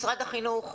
משרד החינוך,